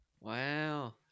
Wow